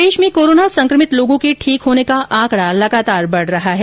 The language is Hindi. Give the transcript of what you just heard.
प्रदेश में कोरोना सकमित लोगों के ठीक होने का आंकडा लगातार बढ रहा है